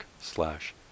slash